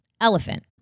elephant